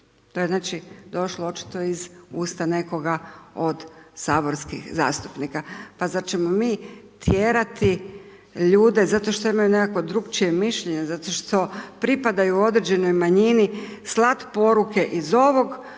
To je znači došlo očito iz usta nekoga od saborskih zastupnika. Pa zar ćemo mi tjerati ljude zato što imaju nekakvo drukčije mišljenje, zato što pripadaju određenoj manjini, slat poruke iz ovog